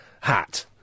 hat